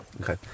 Okay